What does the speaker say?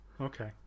Okay